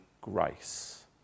grace